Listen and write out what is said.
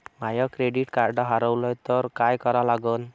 माय credit card हारवलं तर काय करा लागन?